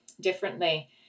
differently